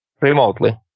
remotely